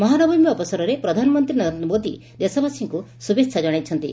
ମହାନବମୀ ଅବସରରେ ପ୍ରଧାନମନ୍ତୀ ନରେନ୍ଦ୍ର ମୋଦି ଦେଶବାସୀଙ୍ଙୁ ଶ୍ରୁଭେଚ୍ଚା ଜଣାଇଛନ୍ତି